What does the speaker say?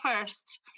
first